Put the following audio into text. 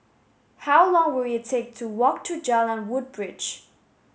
how long will it take to walk to Jalan Woodbridge